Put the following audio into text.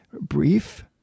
brief